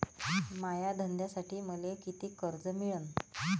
माया धंद्यासाठी मले कितीक कर्ज मिळनं?